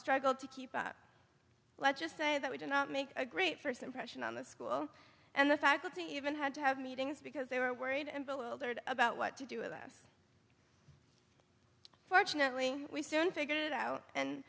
struggled to keep up let's just say that we did not make a great first impression on the school and the faculty even had to have meetings because they were worried and bewildered about what to do with us fortunately we soon figured it out and